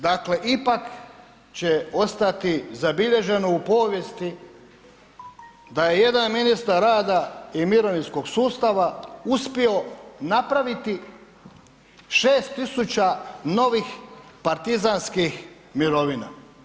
Dakle, ipak će ostati zabilježeno u povijesti da je jedan ministar rada i mirovinskog sustava uspio napraviti 6.000 novih partizanskih mirovina.